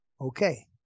Okay